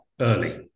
early